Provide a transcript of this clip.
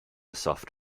soft